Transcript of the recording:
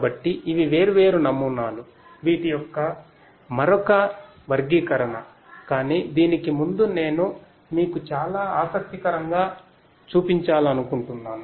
కాబట్టి ఇవి వేర్వేరు నమూనాలు వీటి యొక్క మరొక వర్గీకరణ కానీ దీనికి ముందు నేను మీకు చాలా ఆసక్తికరంగా చూపించాలనుకుంటున్నాను